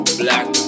black